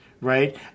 right